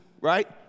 right